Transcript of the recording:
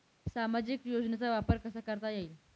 सामाजिक योजनेचा वापर कसा करता येईल?